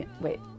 wait